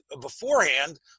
beforehand